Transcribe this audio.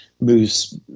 moves